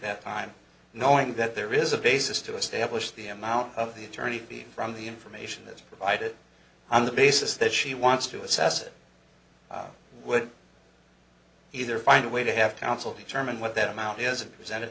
that time knowing that there is a basis to establish the amount of the attorney from the information that's provided on the basis that she wants to assess it would either find a way to have counsel determine what that amount is it presented